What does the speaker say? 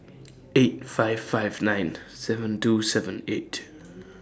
eight five five nine seven two seven eight